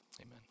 Amen